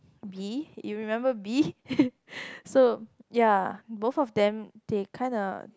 B you remember B so ya both of them they kinda